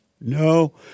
No